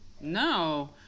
no